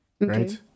right